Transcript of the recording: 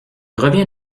revient